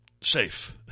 safe